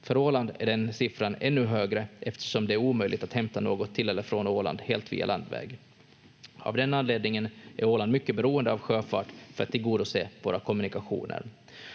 Åland är den siffran ännu högre eftersom det är omöjligt att hämta något till eller från Åland helt via landväg. Av den anledningen är Åland mycket beroende av sjöfart för att tillgodose våra kommunikationer.